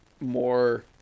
more